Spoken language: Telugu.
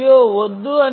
అయ్యో వద్దు